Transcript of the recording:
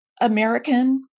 American